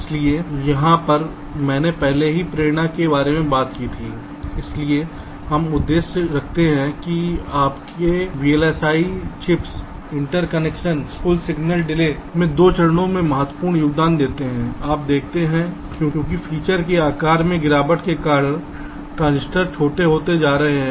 इसलिए यहाँ पर मैंने पहले से ही प्रेरणा के बारे में भी बात की है इसलिए हम उल्लेख करते हैं कि आज के वीएलएसआई चिप्स इंटरकनेक्टस कुल सिग्नल डिले में दो कारणों से महत्वपूर्ण योगदान देते हैं आप देखते हैं क्योंकि फीचर के आकार में गिरावट के कारण ट्रांजिस्टर छोटे होते जा रहे हैं